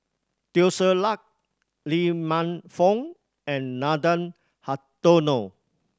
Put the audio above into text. Teo Ser Luck Lee Man Fong and Nathan Hartono